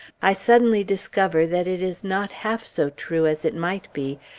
i suddenly discover that it is not half so true as it might be,